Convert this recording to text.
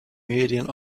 medien